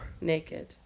Naked